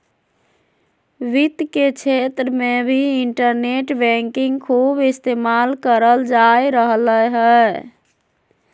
वित्त के क्षेत्र मे भी इन्टरनेट बैंकिंग खूब इस्तेमाल करल जा रहलय हें